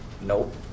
Nope